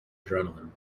adrenaline